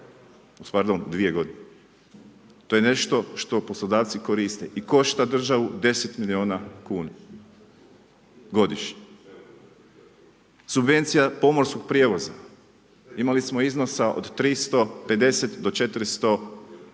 pardon 2 g. To je nešto što poslodavci koriste i košta državu 10 milijuna kuna godišnje. Subvencija pomorskog prijevoza, imali smo iznosa od 350 do 400